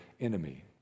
enemy